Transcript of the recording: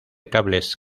cables